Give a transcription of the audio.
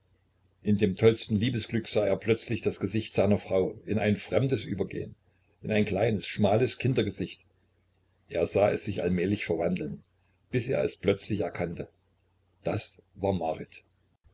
in dem tollsten liebesglück sah er plötzlich das gesicht seiner frau in ein fremdes übergehen in ein kleines schmales kindergesicht er sah es sich allmählich verwandeln bis er es plötzlich erkannte das war marit